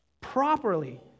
properly